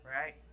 right